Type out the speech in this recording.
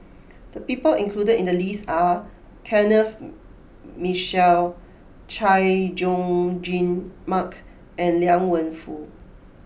the people included in the list are Kenneth Mitchell Chay Jung Jun Mark and Liang Wenfu